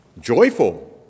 joyful